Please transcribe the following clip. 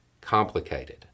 Complicated